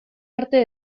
arte